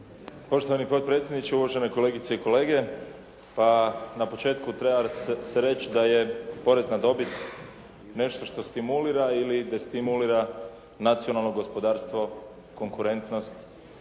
Poštovani potpredsjedniče, uvažene kolegice i kolege. Na početku treba se reći da je porez na dobit nešto što stimulira ili destimulira nacionalno gospodarstvo, konkurentnost